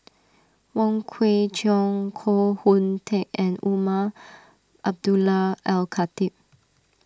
Wong Kwei Cheong Koh Hoon Teck and Umar Abdullah Al Khatib